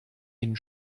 ihnen